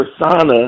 persona